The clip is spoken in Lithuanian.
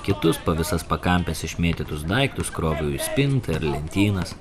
kitus po visas pakampes išmėtytus daiktus kroviau į spintą ir lentynas